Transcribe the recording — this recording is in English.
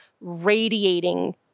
radiating